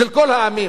של כל העמים.